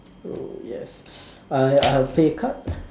oh yes uh uh play a card